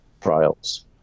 trials